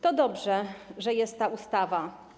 To dobrze, że jest ta ustawa.